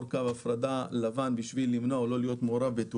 קו הפרדה לבן כדי למנוע תאונה או לא להיות מעורב בה.